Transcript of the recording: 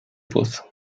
pozo